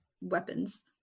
weapons